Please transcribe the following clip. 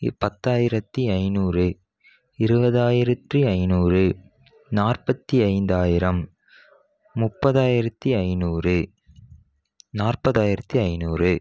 பத்தாயிரத்து ஐநூறு இருபதாயிரத்து ஐநூறு நாற்பத்து ஐந்தாயிரம் முப்பதாயிரத்து ஐநூறு நாற்பதாயிரத்து ஐநூறு